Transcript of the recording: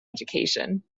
education